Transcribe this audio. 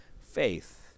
faith